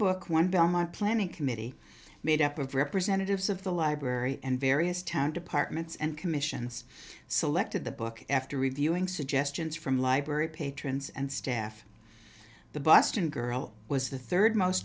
book one bill my planning committee made up of representatives of the library and various town departments and commissions selected the book after reviewing suggestions from library patrons and staff the boston girl was the third most